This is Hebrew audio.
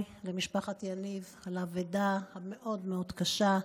למשפחת יניב על האבדה המאוד-מאוד קשה,